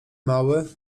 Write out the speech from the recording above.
mały